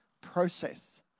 process